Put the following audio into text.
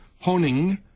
Honing